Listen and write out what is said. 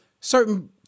certain